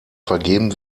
vergeben